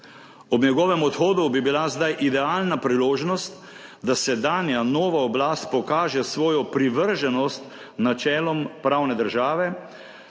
Ob njegovem odhodu bi bila zdaj idealna priložnost, da sedanja, nova oblast pokaže svojo privrženost načelom pravne države